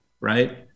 right